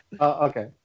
Okay